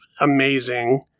amazing